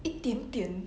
一点点